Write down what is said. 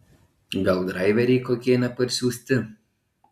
gal draiveriai kokie neparsiųsti